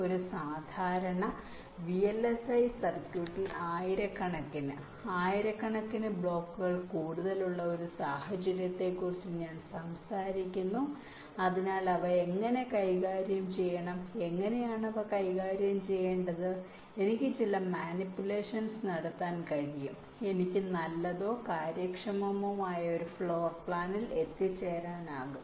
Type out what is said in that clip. ഒരു സാധാരണ VLSI സർക്യൂട്ടിൽ ആയിരക്കണക്കിന് ആയിരക്കണക്കിന് ബ്ലോക്കുകൾ കൂടുതലുള്ള ഒരു സാഹചര്യത്തെക്കുറിച്ച് ഞാൻ സംസാരിക്കുന്നു അതിനാൽ അവ എങ്ങനെ കൈകാര്യം ചെയ്യണം എങ്ങനെയാണ് അവ കൈകാര്യം ചെയ്യേണ്ടത് അങ്ങനെ എനിക്ക് ചില മാനിപുലേഷൻസ് നടത്താൻ കഴിയും എനിക്ക് നല്ലതോ കാര്യക്ഷമമോ ആയ ഒരു ഫ്ലോർ പ്ലാനിൽ എത്തിച്ചേരാനാകും